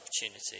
opportunity